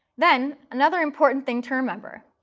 then another important thing to remember,